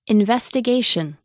Investigation